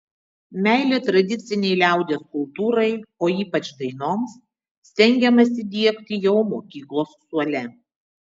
meilę tradicinei liaudies kultūrai o ypač dainoms stengiamasi diegti jau mokyklos suole